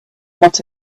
not